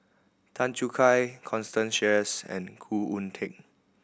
Tan Choo Kai Constance Sheares and Khoo Oon Teik